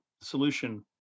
solution